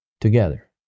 together